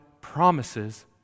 promises